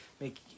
make